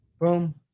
boom